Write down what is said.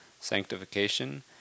sanctification